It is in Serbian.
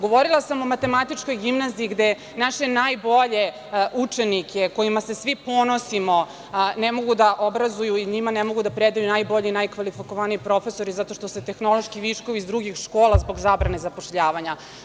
Govorila sam o Matematičkoj gimnazija, gde naše najbolje učenike, kojima se svi ponosimo, ne mogu da obrazuju i njima ne mogu da predaju najbolji i najkvalifikovaniji profesori, zato što su tehnološki viškovi iz drugih škola zbog zabrane zapošljavanja.